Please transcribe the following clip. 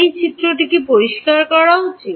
এই চিত্রটি কি পরিষ্কার বা উচিত